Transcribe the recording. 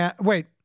Wait